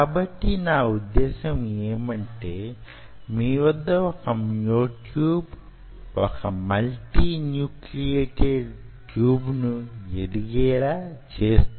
కాబట్టి నా ఉద్దేశం యేమంటే మీ వద్ద వొక మ్యో ట్యూబ్ వొక మల్టీన్యూక్లియేటేడ్ ట్యూబ్ను యెదిగేలా చేస్తున్నది